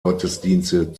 gottesdienste